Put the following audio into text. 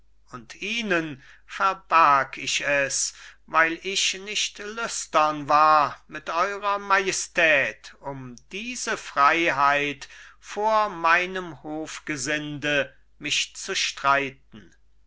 und ihnen verbarg ich es weil ich nicht lüstern war mit eurer majestät um diese freiheit vor meinem hofgesinde mich zu streiten